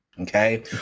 Okay